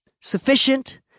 sufficient